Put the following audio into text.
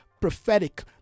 Prophetic